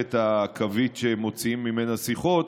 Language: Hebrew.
המערכת הקווית שמוציאים ממנה שיחות,